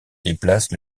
déplacent